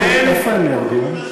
איפה הם נהרגו?